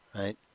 right